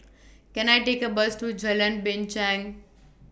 Can I Take A Bus to Jalan Binchang